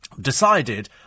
decided